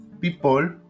people